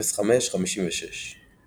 0556 ==